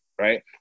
right